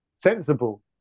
sensible